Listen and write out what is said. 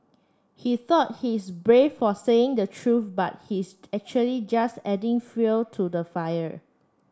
he thought he's brave for saying the truth but he's actually just adding fuel to the fire